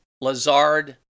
Lazard